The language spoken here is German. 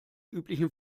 üblichen